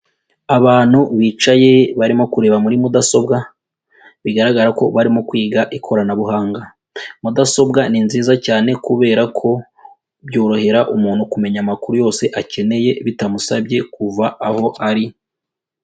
Abantu bicaye barimo kureba muri mudasobwa bigaragara ko barimo kwiga ikoranabuhanga, mudasobwa ni nziza cyane kubera ko byorohera umuntu kumenya amakuru yose akeneye bitamusabye kuva aho ari.